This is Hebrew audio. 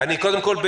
קודם כול,